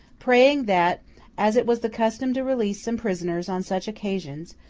praying that as it was the custom to release some prisoners on such occasions,